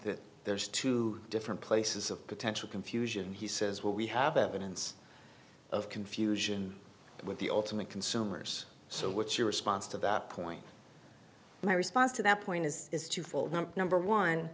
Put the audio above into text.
that there's two different places of potential confusion he says well we have evidence of confusion with the ultimate consumers so what's your response to that point my response to that point is is twofold number one